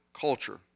culture